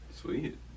Sweet